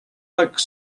like